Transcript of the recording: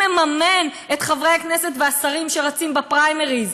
מממן את חברי הכנסת והשרים שרצים בפריימריז,